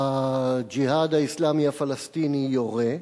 "הג'יהאד האסלאמי" הפלסטיני יורה,